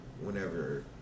whenever